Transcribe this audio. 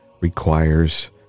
requires